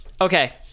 Okay